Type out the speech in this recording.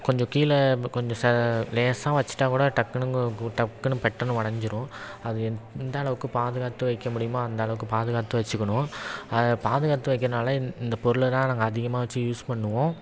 கொஞ்சம் கீழ கொஞ்சம் லேசாக வச்சிவிட்டா கூட டக்குனுங்கு டக்குன்னு பட்டுன்னு உடஞ்சிடும் அது எந் எந்த அளவுக்கு பாதுகாத்து வைக்க முடியுமோ அந்த அளவுக்கு பாதுகாத்து வச்சுக்கணும் அதை பாதுகாத்து வைக்கிறதுனால இந்த பொருளல்லாம் நாங்கள் அதிகமாக வச்சு யூஸ் பண்ணுவோம்